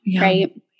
right